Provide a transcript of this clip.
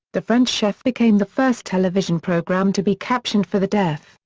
the french chef became the first television program to be captioned for the deaf,